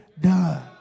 done